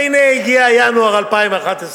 והנה הגיע ינואר 2011,